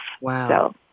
Wow